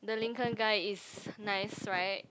the Lincoln guy is nice [right]